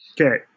Okay